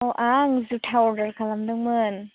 आं जुथा अरदार खालामदोंमोन